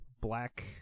black